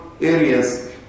areas